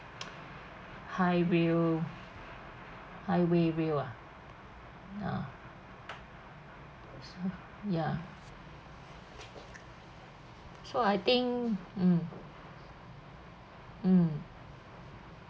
high rail highway rail ah ah so ya so I think mm mm